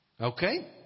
Okay